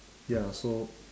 ya so